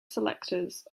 selectors